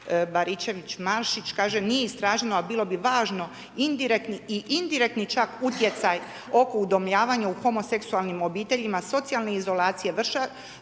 Baričević Mašić kaže nije istraženo a bilo bi važno indirektni i indirektni čak utjecaj oko udomljavanja u homoseksualnim obiteljima socijalne izolacije,